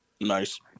Nice